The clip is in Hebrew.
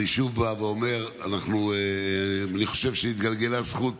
אני שוב בא ואומר: אני חושב שהתגלגלה זכות